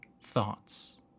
thoughts